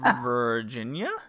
Virginia